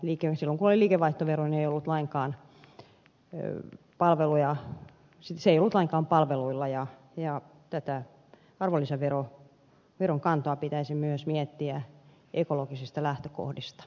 silloin kun oli liikevaihtovero sitä ei ollut lainkaan palveluilla ja tätä arvonlisäveron kantoa pitäisi myös miettiä ekologisista lähtökohdista